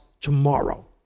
tomorrow